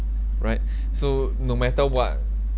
right so no matter what